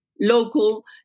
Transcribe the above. local